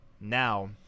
Now